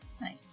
Nice